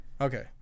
Okay